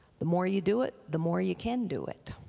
the more you do it, the more you can do it.